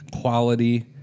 quality